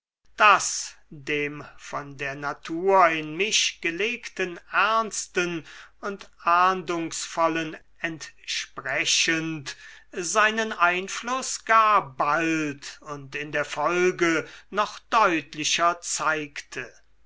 das dem von der natur in mich gelegten ernsten und ahndungsvollen entsprechend seinen einfluß gar bald und in der folge noch deutlicher zeigte